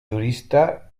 jurista